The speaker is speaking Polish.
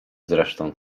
zresztą